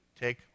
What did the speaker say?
take